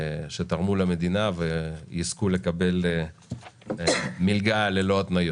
שתרמו למדינה, ויזכו לקבל למלגה ללא התניות.